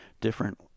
different